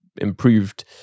improved